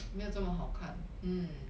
没有这么好看 hmm